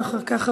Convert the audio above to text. ואחר כך,